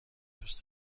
دوست